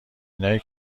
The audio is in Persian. اینایی